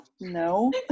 No